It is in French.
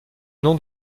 nom